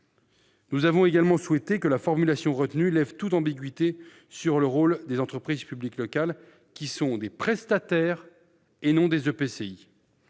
Nous avons également souhaité que la formulation retenue lève toute ambiguïté sur le rôle des entreprises publiques locales, qui sont des prestataires et non pas des EPCI.